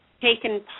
taken